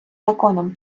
законом